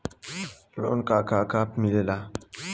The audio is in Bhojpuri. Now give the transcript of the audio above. लोन का का पे मिलेला?